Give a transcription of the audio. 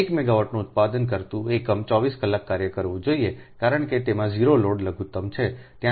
1 મેગાવાટનું એક ઉત્પાદન કરતું એકમ 24 કલાક કાર્ય કરવું જોઈએ કારણ કે તેમાં 0 લોડ લઘુત્તમ છે ત્યાં કોઈ 0